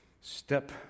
Step